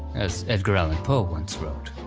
as edgar allan poe once wrote.